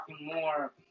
more